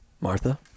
Martha